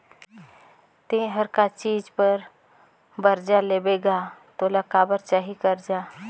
ते हर का चीच बर बरजा लेबे गा तोला काबर चाही करजा